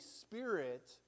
Spirit